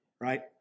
right